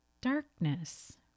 darkness